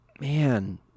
Man